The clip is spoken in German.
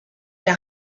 der